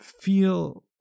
feel